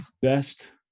best